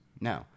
No